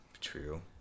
True